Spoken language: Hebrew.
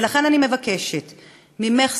ולכן אני מבקשת ממך,